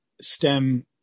stem